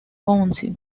council